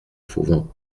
fauvent